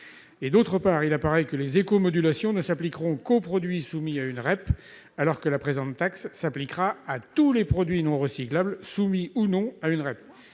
Par ailleurs, il apparaît que les éco-modulations ne s'appliqueront qu'aux produits soumis à une REP, alors que la présente taxe s'appliquera à tous les produits non recyclables, soumis ou non à une REP.